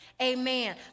Amen